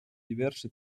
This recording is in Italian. diverse